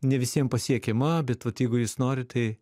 ne visiem pasiekiama bet vat jeigu jis nori tai